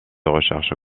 recherche